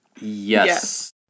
Yes